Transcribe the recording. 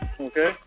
Okay